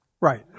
Right